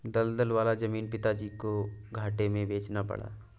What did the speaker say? दलदल वाला जमीन पिताजी को घाटे में बेचना पड़ा